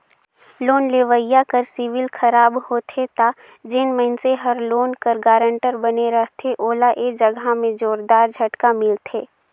loan लेवइया कर CIBIL खराब होथे ता जेन मइनसे हर लोन कर गारंटर बने रहथे ओला ए जगहा में जोरदार झटका मिलथे